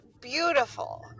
beautiful